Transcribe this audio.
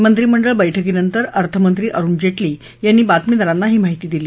मंत्रिमंडळ बैठकीनंतर अर्थमंत्री अरुण जेटली यांनी बातमीदारांना ही माहिती दिली